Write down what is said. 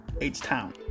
H-Town